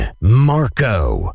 Marco